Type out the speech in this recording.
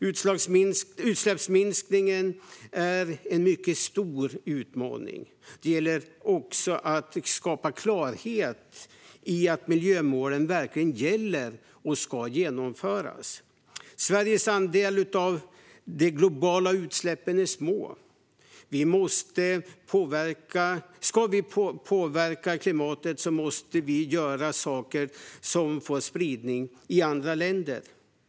Utsläppsminskningen är en mycket stor utmaning, och det gäller att skapa klarhet om att miljömålen verkligen gäller och ska uppnås. Sveriges andel av de globala utsläppen är liten. Ska vi påverka klimatet måste vi göra saker som får spridning i andra länder.